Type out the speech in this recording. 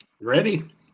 Ready